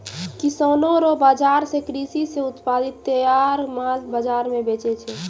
किसानो रो बाजार से कृषि से उत्पादित तैयार माल बाजार मे बेचै छै